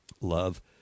love